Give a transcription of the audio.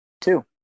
Two